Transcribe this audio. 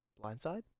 Blindside